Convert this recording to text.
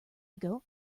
ago